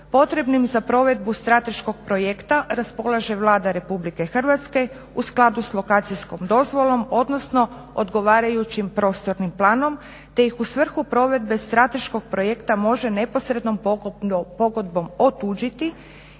potrebnim za provedbu strateškog projekta raspolaže Vlada Republike Hrvatske u skladu sa lokacijskom dozvolom odnosno odgovarajućim prostornim planom, te ih u svrhu provedbe strateškog projekta može neposrednom pogodbom otuđiti